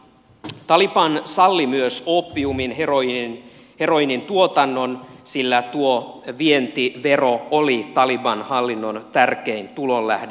taliban salli myös oopiumin heroiinin tuotannon sillä tuo vientivero oli taliban hallinnon tärkein tulonlähde